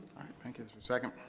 thank you second?